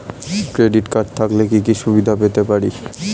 Credit card থাকলে কি কি সুবিধা পেতে পারি?